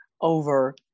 over